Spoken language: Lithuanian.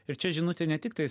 ir čia žinutė ne tiktais